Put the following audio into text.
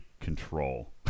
control